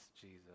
Jesus